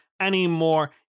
anymore